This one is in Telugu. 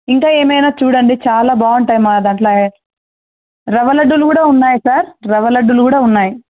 ఇంకా ఏమైనా చూడండి చాలా బాగుంటాయి మా దాంట్లో రవ్వ లడ్లు కూడా ఉన్నాయి సార్ రవ్వలడ్లు కూడా ఉన్నాయి